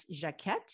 Jaquette